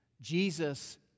Jesus